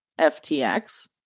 FTX